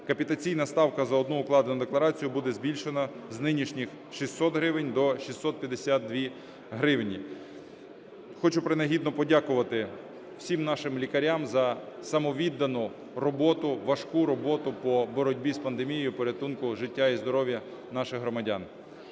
Капітаційна ставка за одну укладену декларацію буде збільшена з нинішніх 600 гривень до 652 гривні. Хочу принагідно подякувати всім нашим лікарям за самовіддану роботу, важку роботу по боротьбі з пандемією і порятунку життя і здоров'я наших громадян.